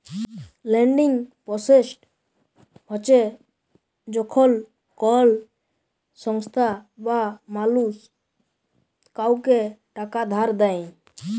lending process হছে যখল কল সংস্থা বা মালুস কাউকে টাকা ধার দেঁই